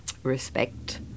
Respect